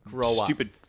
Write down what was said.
stupid